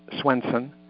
swenson